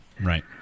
Right